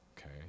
okay